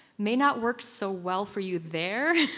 may not work so well for you there,